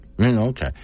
Okay